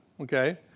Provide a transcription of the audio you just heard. okay